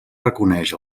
reconeix